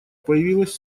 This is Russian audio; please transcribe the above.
появилась